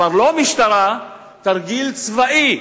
כבר לא משטרה, תרגיל צבאי,